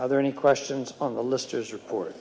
are there any questions on the list as report